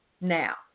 now